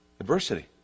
Adversity